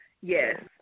Yes